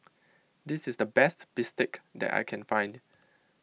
this is the best bistake that I can find